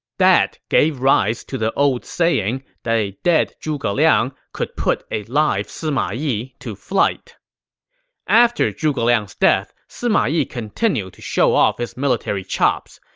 that gave rise to the old saying that a dead zhuge liang could put a live sima yi to flight after zhuge liang's death, sima yi continued to show off his military chops.